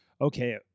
Okay